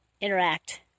interact